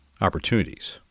opportunities